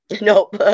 Nope